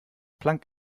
planck